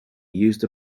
used